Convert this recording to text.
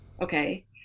Okay